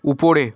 উপরে